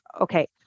okay